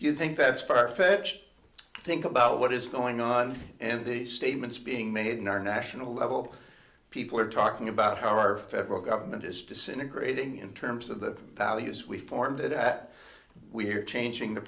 you think that's farfetched think about what is going on and the statements being made in our national level people are talking about how our federal government is disintegrating in terms of the values we formed it that we're changing the